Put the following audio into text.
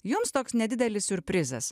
jums toks nedidelis siurprizas